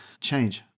change